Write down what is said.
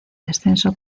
descenso